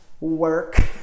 work